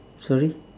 sorry